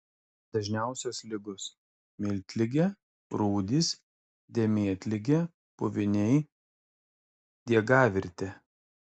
dažniausios ligos miltligė rūdys dėmėtligė puviniai diegavirtė